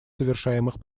совершаемых